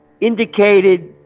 indicated